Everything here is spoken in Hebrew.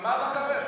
מה אתה מדבר?